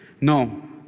No